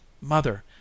Mother